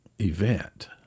event